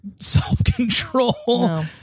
self-control